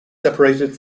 separated